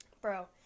Bro